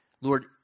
Lord